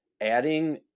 Adding